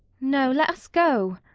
no, let us go.